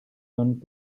turned